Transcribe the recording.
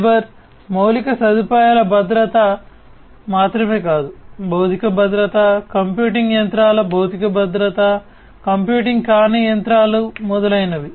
cyber మౌలిక సదుపాయాల భద్రత మాత్రమే కాదు భౌతిక భద్రత కంప్యూటింగ్ యంత్రాల భౌతిక భద్రత కంప్యూటింగ్ కాని యంత్రాలు మొదలైనవి